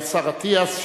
השר אטיאס,